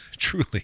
truly